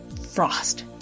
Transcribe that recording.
frost